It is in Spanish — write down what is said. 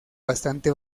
bastante